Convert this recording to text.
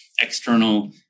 external